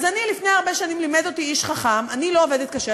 לפני הרבה שנים לימד אותי איש חכם: אני לא עובדת קשה,